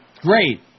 Great